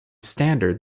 standard